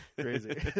Crazy